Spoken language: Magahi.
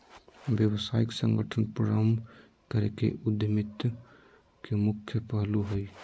व्यावसायिक संगठन प्रारम्भ करे के उद्यमिता के मुख्य पहलू हइ